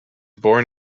born